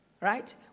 Right